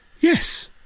Yes